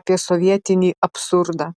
apie sovietinį absurdą